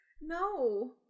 no